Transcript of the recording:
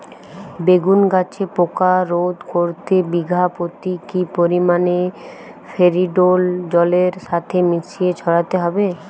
বেগুন গাছে পোকা রোধ করতে বিঘা পতি কি পরিমাণে ফেরিডোল জলের সাথে মিশিয়ে ছড়াতে হবে?